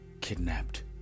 kidnapped